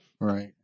Right